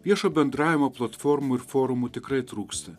viešo bendravimo platformų ir forumų tikrai trūksta